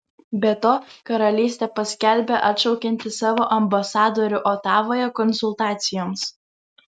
be to karalystė paskelbė atšaukianti savo ambasadorių otavoje konsultacijoms